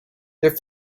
their